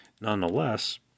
nonetheless